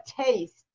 taste